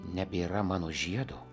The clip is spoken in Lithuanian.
nebėra mano žiedo